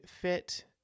fit